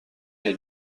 est